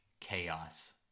chaos